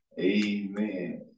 amen